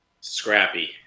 Scrappy